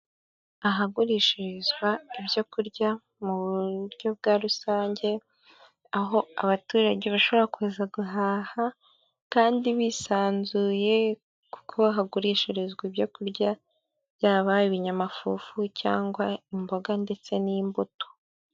Ahagurishirizwa ibyo kurya mu buryo bwa rusange, aho abaturage bashobora kuza guhaha kandi bisanzuye, kuko hagurishirizwa ibyo kurya byaba ibinyamafufu cyangwa imboga ndetse n'imbuto.